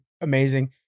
amazing